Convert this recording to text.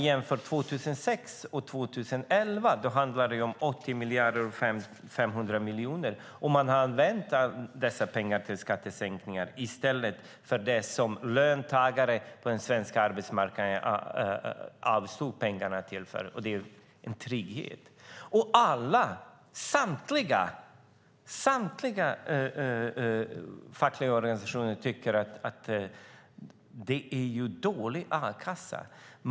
Jämför man 2006 och 2011 handlar det om 80 miljarder och 500 miljoner. Har man använt dessa pengar till skattesänkningar i stället för det som löntagare på den svenska arbetsmarknaden avstod pengarna till, nämligen trygghet? Samtliga fackliga organisationer tycker att a-kassan är dålig.